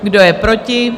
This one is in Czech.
Kdo je proti?